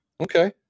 okay